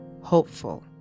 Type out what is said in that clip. hopeful